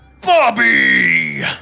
Bobby